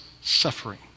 suffering